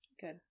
Good